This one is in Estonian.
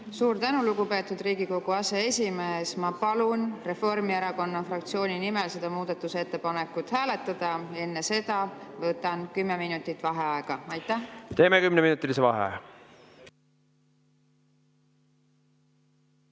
Suur tänu, lugupeetud Riigikogu aseesimees! Ma palun Reformierakonna fraktsiooni nimel seda muudatusettepanekut hääletada ja enne seda võtan kümme minutit vaheaega. Teeme kümneminutilise vaheaja.V